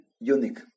unique